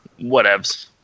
whatevs